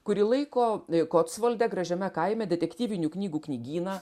kuri laiko kotsvalde gražiame kaime detektyvinių knygų knygyną